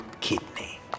Kidney